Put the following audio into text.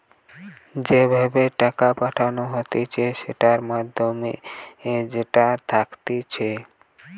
যে ভাবে টাকা পাঠানো হতিছে সেটার মাধ্যম যেটা থাকতিছে